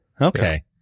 okay